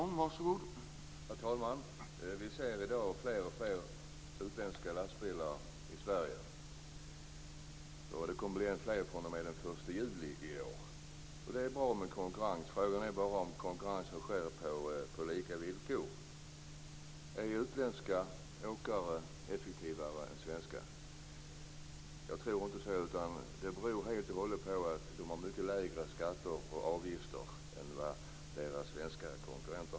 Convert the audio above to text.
Herr talman! Vi ser i dag fler och fler utländska lastbilar i Sverige, och det kommer att bli fler fr.o.m. den 1 juli i år. Det är bra med konkurrens, men frågan är om konkurrensen sker på lika villkor. Är utländska åkare effektivare än svenska åkare? Jag tror inte det. Men de betalar mycket lägre skatter och avgifter än deras svenska konkurrenter gör.